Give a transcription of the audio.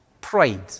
pride